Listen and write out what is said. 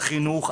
החינוך,